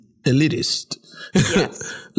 elitist